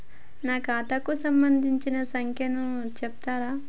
నా ఖాతా కు సంబంధించిన సంఖ్య ను చెప్తరా?